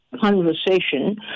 conversation